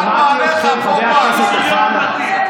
חבר הכנסת אמסלם.